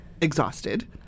exhausted